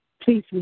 Please